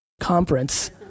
conference